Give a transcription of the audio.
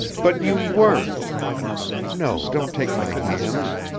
but you weren't no, don't take my hands,